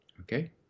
Okay